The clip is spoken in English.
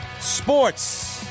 Sports